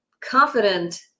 confident